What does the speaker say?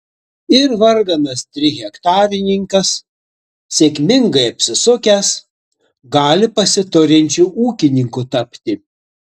ir varganas trihektarininkas sėkmingai apsisukęs gali pasiturinčiu ūkininku tapti